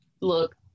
look